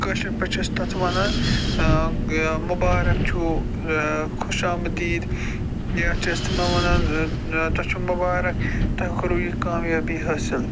کٲشٕر پٲٹھۍ چھِ أسۍ تتھ وَنان مُبارک چھُو خوش آمدیٖد یا چھِ أسۍ تِمن وَنان تۄہہِ چھُو مُبارک تۄہہِ کوٚروٗ یہِ کامیٲبی حٲصِل